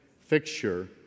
fixture